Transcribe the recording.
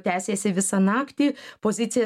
tęsėsi visą naktį pozicija